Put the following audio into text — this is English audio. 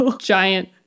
giant